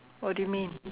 what do you mean